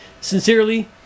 Sincerely